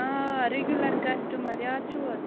آ regular customer یاد چھُو حظ